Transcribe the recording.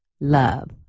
love